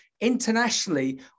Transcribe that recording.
internationally